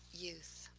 youth